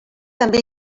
també